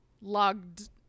logged